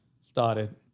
started